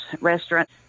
restaurant